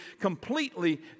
completely